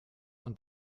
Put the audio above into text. und